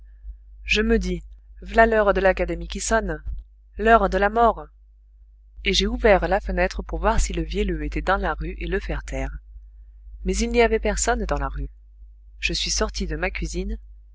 je me dis vlà l'heure de l'académie qui sonne l'heure de la mort et j'ai ouvert la fenêtre pour voir si le vielleux était dans la rue et le faire taire mais il n'y avait personne dans la rue je suis sortie de ma cuisine